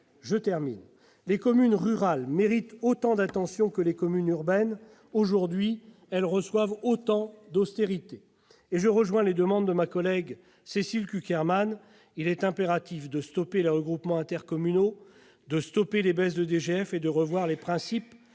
démocratique. Les communes rurales méritent autant d'attention que les communes urbaines ; aujourd'hui, elles reçoivent autant d'austérité ! Je rejoins les demandes de ma collègue Cécile Cukierman, il est impératif de stopper les regroupements intercommunaux, d'interrompre les baisses de DGF et de revoir les principes